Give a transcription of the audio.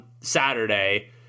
Saturday